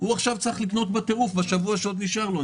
צריך לקנות בטירוף בשבוע שנשאר לו,